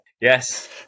Yes